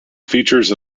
features